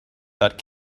that